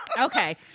Okay